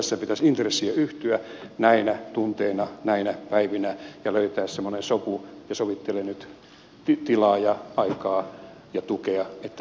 tässä pitäisi intressien yhtyä näinä tunteina näinä päivinä ja löytyä semmoinen sopu ja sovittelijalle nyt tilaa ja aikaa ja tukea että